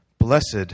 Blessed